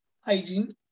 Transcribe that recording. hygiene